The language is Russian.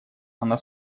она